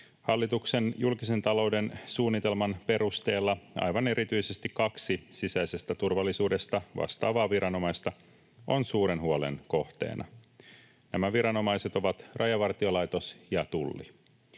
Hallituksen julkisen talouden suunnitelman perusteella aivan erityisesti kaksi sisäisestä turvallisuudesta vastaavaa viranomaista on suuren huolen kohteena. Nämä viranomaiset ovat Rajavartiolaitos ja Tulli.